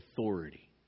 authority